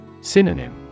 Synonym